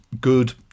good